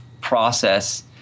process